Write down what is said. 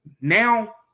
Now